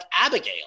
Abigail